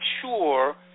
sure